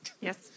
Yes